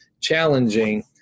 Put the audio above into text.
challenging